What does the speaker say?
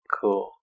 Cool